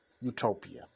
utopia